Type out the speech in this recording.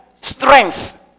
strength